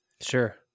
Sure